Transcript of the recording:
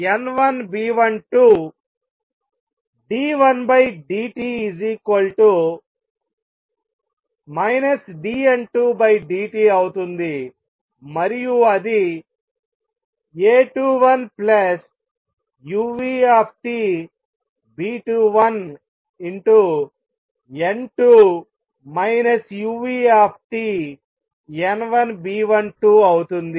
dN1dt dN2dt అవుతుంది మరియు అది A21 uTB21N2 uTN1B12అవుతుంది